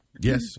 Yes